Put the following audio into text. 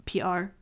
pr